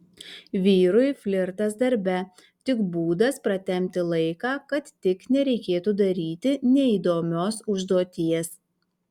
vyrui flirtas darbe tik būdas pratempti laiką kad tik nereikėtų daryti neįdomios užduoties